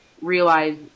realize